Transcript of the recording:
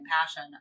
passion